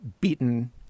beaten